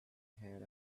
had